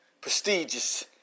prestigious